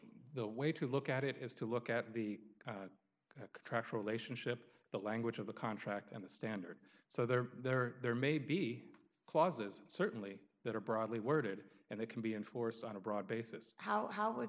way to look at it is to look at the track relationship the language of the contract and the standard so there there there may be clauses certainly that are broadly worded and they can be enforced on a broad basis how how would